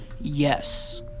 Yes